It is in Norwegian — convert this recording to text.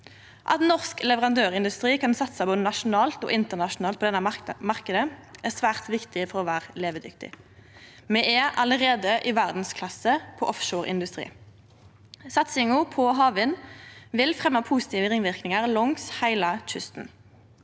At norsk leverandørindustri kan satse både nasjonalt og internasjonalt på denne marknaden, er svært viktig for å vere levedyktig. Me er allereie i verdsklasse på offshoreindustrien. Satsinga på havvind vil fremje positive ringverknader langs heile kysten.